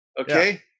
Okay